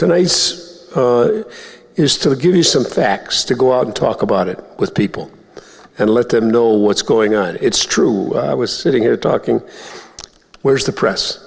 tonight's is to give you some facts to go out and talk about it with people and let them know what's going on and it's true i was sitting here talking where's the press